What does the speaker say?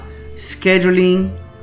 scheduling